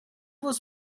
was